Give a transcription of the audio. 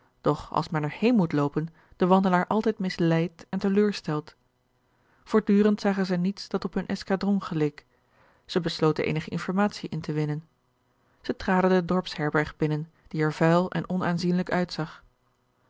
doch als men er heen moet loopen den wandelaar altijd misleidt en teleurstelt voortdurend zagen zij niets dat op hun escadron geleek zij besloten eenige informatiën in te winnen zij traden de dorpsherberg binnen die er vuil en onaanzienlijk uitzag